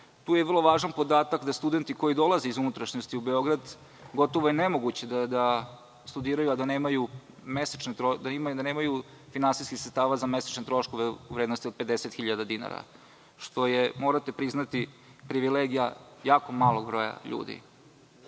Tu je vrlo važan podatak da studenti koji dolaze iz unutrašnjosti u Beograd gotovo je nemoguće da studiraju a da nemaju finansijskih sredstava za mesečne troškove u vrednosti od 50 hiljada dinara, što je, morate priznati, privilegija jako malog broja ljudi. Cene